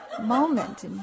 moment